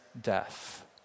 death